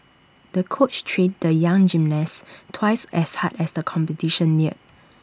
the coach trained the young gymnast twice as hard as the competition neared